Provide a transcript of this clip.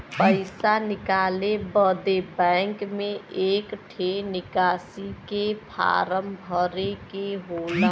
पइसा निकाले बदे बैंक मे एक ठे निकासी के फारम भरे के होला